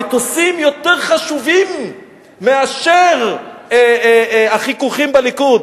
המטוסים יותר חשובים מאשר החיכוכים בליכוד.